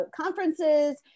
conferences